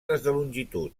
longitud